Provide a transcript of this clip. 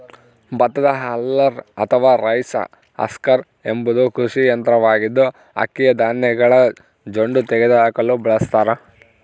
ಭತ್ತದ ಹಲ್ಲರ್ ಅಥವಾ rice husker ಎಂಬುದು ಕೃಷಿ ಯಂತ್ರವಾಗಿದ್ದು, ಅಕ್ಕಿಯ ಧಾನ್ಯಗಳ ಜೊಂಡು ತೆಗೆದುಹಾಕಲು ಬಳಸತಾರ